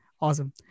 Awesome